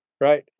right